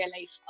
life